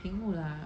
屏幕 lah